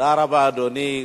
תודה רבה, אדוני.